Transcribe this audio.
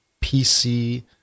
PC